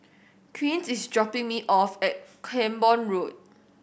Quint is dropping me off at Camborne Road